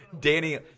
Danny